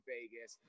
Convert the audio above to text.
Vegas